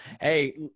hey